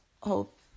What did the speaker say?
hope